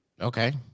Okay